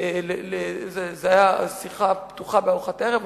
זו היתה שיחה פתוחה בארוחת ערב,